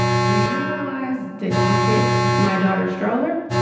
do you realize that you kicked my daughter's stroller?